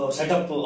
set-up